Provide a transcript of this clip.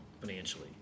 financially